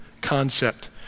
concept